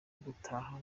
gutaha